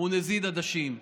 הוא נזיד עדשים.